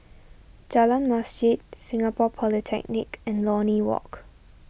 Jalan Masjid Singapore Polytechnic and Lornie Walk